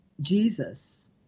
Jesus